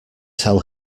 tell